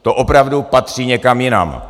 To opravdu patří někam jinam.